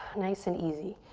nice and easy.